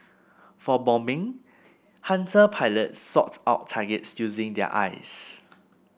for bombing Hunter pilots sought out targets using their eyes